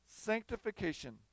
sanctification